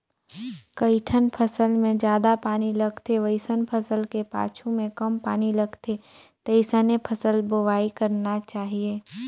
कइठन फसल मे जादा पानी लगथे वइसन फसल के पाछू में कम पानी लगथे तइसने फसल बोवाई करना चाहीये